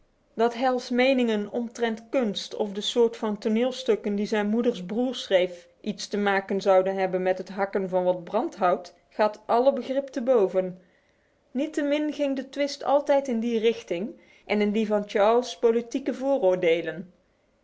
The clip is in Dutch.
zelfs al dood dat hal's meningen omtrent kunst of de soort van toneelstukken die zijn moeders broer schreef iets te maken zouden hebben met het hakken van wat brandhout gaat alle begrip te boven niettemin ging de twist altijd in die richting en in die van charles politieke vooroordelen